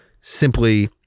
simply